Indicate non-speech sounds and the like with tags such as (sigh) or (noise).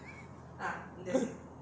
(laughs)